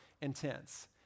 intense